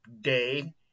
day